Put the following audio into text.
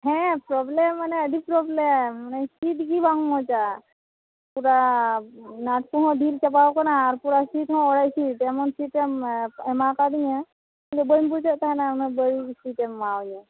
ᱦᱮᱸ ᱯᱚᱨᱚᱵᱽᱞᱮᱢ ᱢᱟᱱᱮ ᱟᱹᱰᱤ ᱯᱚᱨᱚᱵᱽᱞᱮᱢ ᱢᱟᱱᱮ ᱥᱤᱴ ᱜᱮ ᱵᱟᱝ ᱢᱚᱡᱟ ᱠᱚᱦᱚᱸ ᱰᱷᱤᱞ ᱪᱟᱵᱟᱣ ᱟᱠᱟᱱᱟ ᱟᱨ ᱛᱷᱚᱲᱟ ᱥᱤᱴ ᱦᱚᱸ ᱚᱲᱮᱡ ᱥᱤᱴ ᱮᱢᱚᱱ ᱥᱤᱴᱮᱢ ᱮᱢᱟᱣᱟᱠᱟᱫᱤᱧᱟᱹ ᱤᱧ ᱫᱚ ᱵᱟᱹᱧ ᱵᱩᱡᱽ ᱫᱟᱲᱮ ᱠᱟᱣᱫᱟ ᱩᱱᱟᱹᱜ ᱵᱟᱹᱲᱤᱡ ᱥᱴᱮᱢ ᱮᱢᱟᱣᱟᱹᱧᱟᱹ